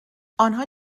آنها